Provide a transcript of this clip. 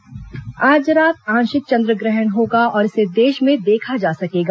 चंद्रग्रहण आज रात आंशिक चंद्रग्रहण होगा और इसे देश में देखा जा सकेगा